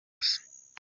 asa